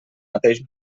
mateix